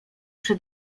przy